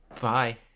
bye